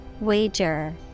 wager